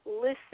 listen